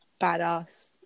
badass